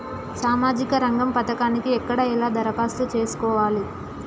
సామాజిక రంగం పథకానికి ఎక్కడ ఎలా దరఖాస్తు చేసుకోవాలి?